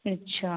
अच्छा